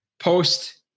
post